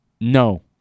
No